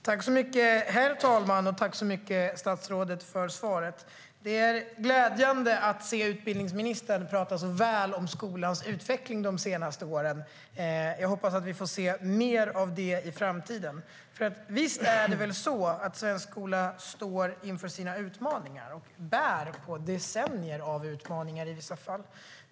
Herr talman! Jag tackar statsrådet så mycket för svaret. Det är glädjande att höra utbildningsministern tala så väl om skolans utveckling de senaste åren. Jag hoppas att vi får se mer av det i framtiden. Visst står svensk skola inför sina utmaningar, och den bär i vissa fall på decennier av utmaningar.